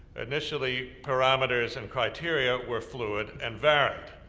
initially parameters and criteria were fluid and varied.